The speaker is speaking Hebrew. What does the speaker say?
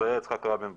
היה יצחק רבין בעצם.